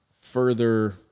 further